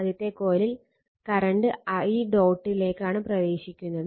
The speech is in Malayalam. ആദ്യത്തെ കോയിലിൽ കറണ്ട് i ഡോട്ടിലേക്കാണ് പ്രവേശിക്കുന്നത്